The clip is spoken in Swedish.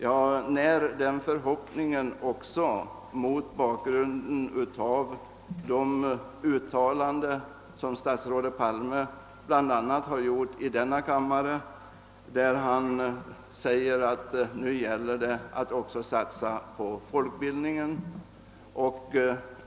Jag när den förhoppningen också mot bakgrunden av de uttalanden som statsrådet Palme bl.a. har gjort i denna kammare, då han sade att det nu också gäller att satsa på folkbildningen.